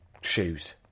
shoes